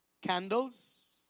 candles